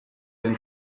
den